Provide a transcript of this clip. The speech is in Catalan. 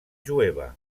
jueva